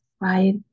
right